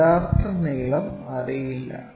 യഥാർത്ഥ നീളം അറിയില്ല